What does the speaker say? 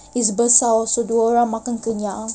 it's besar so dua orang makan kenyang